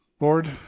Lord